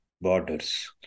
borders